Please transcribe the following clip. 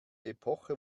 epoche